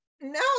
No